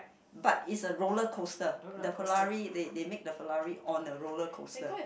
but is a roller coaster the Ferrari they they make the Ferrari on a roller coaster